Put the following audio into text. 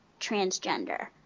transgender